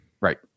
right